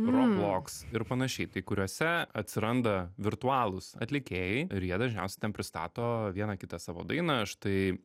robloks ir panašiai kai kuriuose atsiranda virtualūs atlikėjai ir jie dažniausiai ten pristato vieną kitą savo dainą aš tai